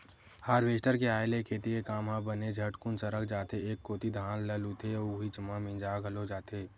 harvester के आय ले खेती के काम ह बने झटकुन सरक जाथे एक कोती धान ल लुथे अउ उहीच म मिंजा घलो जथे